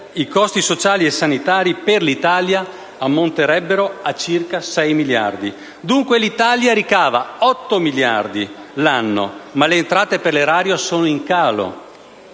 i costi sociali e sanitari per l'Italia ammonterebbero a circa 6 miliardi. Dunque l'Italia ricava 8 miliardi l'anno, ma le entrate per l'Erario sono in calo,